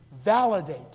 validate